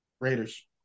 Raiders